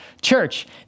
church